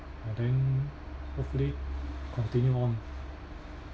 and then hopefully continue on